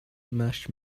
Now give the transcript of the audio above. much